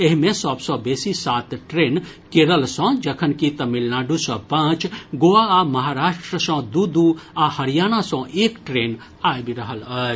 एहि मे सभ सँ बेसी सात ट्रेन केरल सँ जखनकि तमिलनाडू सँ पांच गोवा आ महाराष्ट्र सँ दू दू आ हरियाणा सँ एक ट्रेन आबि रहल अछि